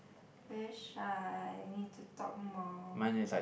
very shy need to talk more